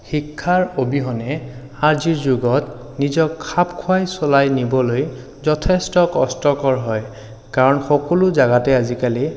শিক্ষাৰ অবিহনে আজিৰ যুগত নিজক খাপ খুৱাই চলাই নিবলৈ যথেষ্ট কষ্টকৰ হয় কাৰণ সকলো জেগাতে আজিকালি